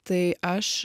tai aš